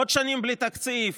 עוד שנים בלי תקציב,